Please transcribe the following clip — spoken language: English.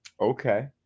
Okay